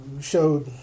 showed